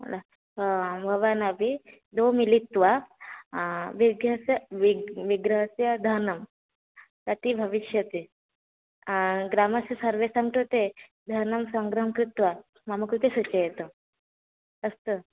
भवानपि दो मिलित्वा विग्रहस्य विग् विग्रहस्य धनं कति भविष्यति ग्रामस्य सर्वेषां कृते धनं सङ्ग्रहं कृत्वा मम कृते सूचयतु अस्तु